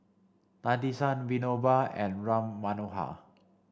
Nadesan Vinoba and Ram Manohar